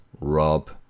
rob